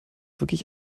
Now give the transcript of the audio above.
wirklich